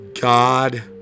God